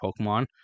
Pokemon